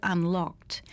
Unlocked